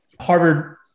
Harvard